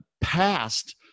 passed